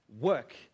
work